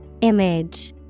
Image